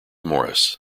morris